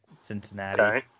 Cincinnati